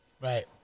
right